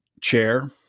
chair